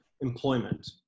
employment